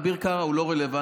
אביר קארה הוא לא רלוונטי.